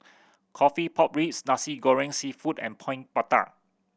coffee pork ribs Nasi Goreng Seafood and Coin Prata